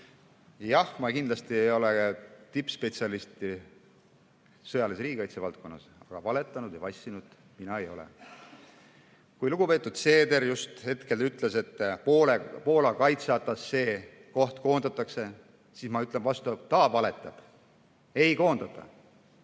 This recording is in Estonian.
Jah, ma kindlasti ei ole tippspetsialist sõjalise riigikaitse valdkonnas, aga valetanud ja vassinud mina ei ole. Kui lugupeetud Seeder just hetk tagasi ütles, et Poola kaitseatašee koht koondatakse, siis ma ütlen vastu, et ta valetab: ei koondata.